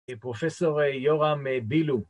‫פרופ' יורם בילו.